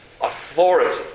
authority